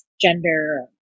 gender